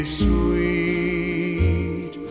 sweet